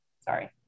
Sorry